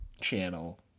channel